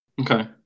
Okay